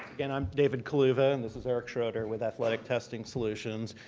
and i'm david kuluva and this is eric schroeder with athletic testing solutions.